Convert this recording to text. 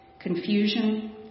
confusion